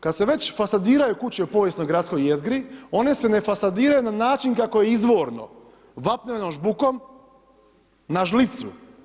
Kad se već fasadiraju kuće u povijesnoj gradskoj jezgri, one se ne fasadiraju na način kako je izvorno, vapnenom žbukom na žlicu.